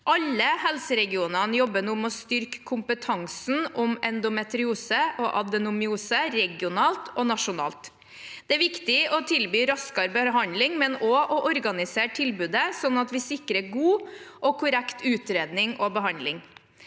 Alle helseregionene jobber nå med å styrke kompetansen på endometriose og adenomyose regionalt og nasjonalt. Det er viktig å tilby raskere behandling, men også å organisere tilbudet sånn at vi sikrer god og korrekt utredning og behandling.